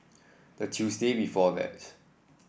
the Tuesday before that